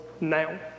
now